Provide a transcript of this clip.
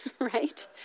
Right